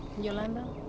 Yolanda